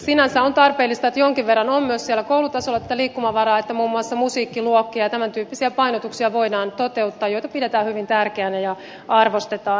sinänsä on tarpeellista että jonkin verran on myös siellä koulutasolla tätä liikkumavaraa että muun muassa musiikkiluokkia ja tämän tyyppisiä painotuksia voidaan toteuttaa joita pidetään hyvin tärkeinä ja arvostetaan